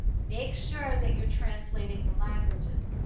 make sure that you're translating the languages.